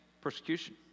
persecution